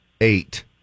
Eight